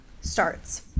starts